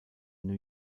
new